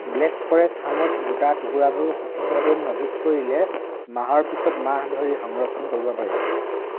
black forest হামৰ গোটা টুকুৰাবোৰ সঠিকভাৱে মজুত কৰিলে মাহৰ পাছত মাহ ধৰি সংৰক্ষণ কৰিব পাৰি